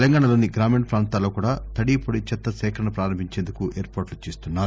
తెలంగాణలోని గ్రామీణ పాంతాల్లో కూడా తడి పొడి చెత్త సేకరణ పారంభించేందుకు ఏర్పాట్లు చేస్తున్నారు